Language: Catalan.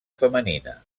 femenina